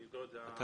אני לא יודע.